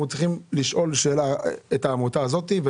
צריכים לשאול שאלה את העמותה הזאת.